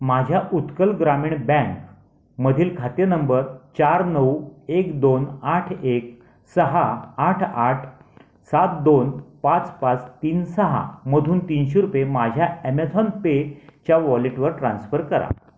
माझ्या उत्कल ग्रामीण बँकमधील खाते नंबर चार नऊ एक दोन आठ एक सहा आठ आठ सात दोन पाच पाच तीन सहामधून तीनशे रुपये माझ्या ॲमेझॉन पेच्या वॉलेटवर ट्रान्स्फर करा